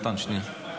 מתן, שנייה.